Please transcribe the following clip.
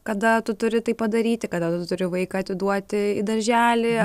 kada tu turi tai padaryti kada tu turi vaiką atiduoti į darželį